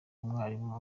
umwarimu